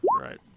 Right